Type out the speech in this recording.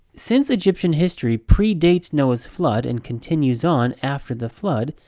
since egyptian history pre-dates noah's flood and continues on, after the flood,